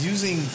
Using